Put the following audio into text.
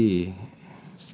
everyday